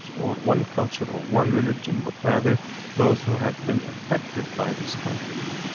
so or one culture or one religion, but rather those who have been affected by this conflict.